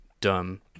dumb